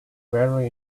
very